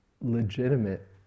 legitimate